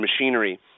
machinery